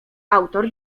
autor